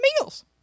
meals